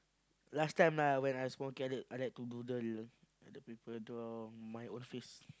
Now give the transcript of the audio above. last time lah when I small carrot I like to doodle other people draw my own face